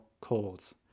calls